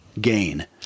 gain